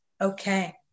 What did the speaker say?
Okay